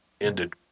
ended